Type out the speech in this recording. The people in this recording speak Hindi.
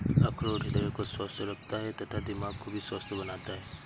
अखरोट हृदय को स्वस्थ रखता है तथा दिमाग को भी स्वस्थ बनाता है